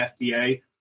FDA